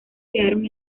quedaron